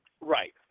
Right